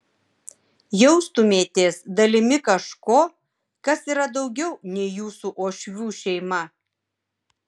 jaustumėtės dalimi kažko kas yra daugiau nei jūsų uošvių šeima